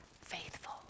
faithful